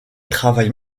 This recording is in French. travaille